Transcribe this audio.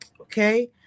okay